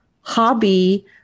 hobby